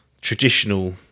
traditional